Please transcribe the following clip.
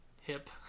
hip